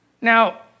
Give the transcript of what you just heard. Now